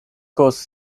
costs